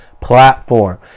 platform